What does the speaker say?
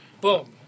Boom